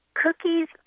Cookies